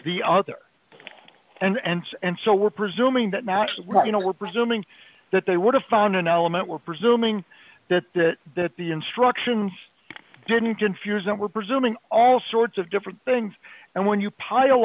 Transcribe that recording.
the other and ends and so we're presuming that matched what you know we're presuming that they would have found an element we're presuming that that that the instructions didn't confuse and we're presuming all sorts of different things and when you pile